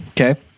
Okay